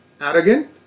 arrogant